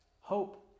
Hope